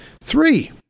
Three